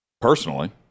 personally